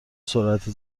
سرعت